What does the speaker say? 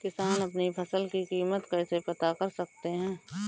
किसान अपनी फसल की कीमत कैसे पता कर सकते हैं?